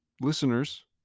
listeners